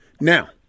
Now